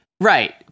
right